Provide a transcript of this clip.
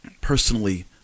personally